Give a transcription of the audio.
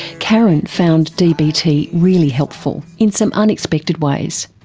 karen found dbt really helpful, in some unexpected ways.